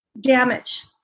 damage